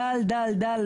דל, דל, דל.